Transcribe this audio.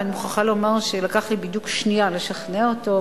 ואני מוכרחה לומר שלקח לי בדיוק שנייה לשכנע אותו,